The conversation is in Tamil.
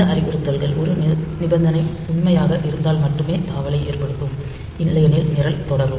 இந்த அறிவுறுத்தல்கள் ஒரு நிபந்தனை உண்மையாக இருந்தால் மட்டுமே தாவலை ஏற்படுத்தும் இல்லையெனில் நிரல் தொடரும்